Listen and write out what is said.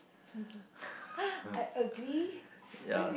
yeah